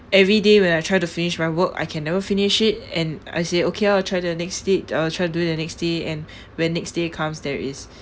every day when I try to finish my work I can never finish it and I say okay lor try to next date err try to do it the next day and when next day comes there is